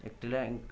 electronic